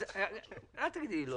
אל תגידי לי,